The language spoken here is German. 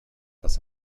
das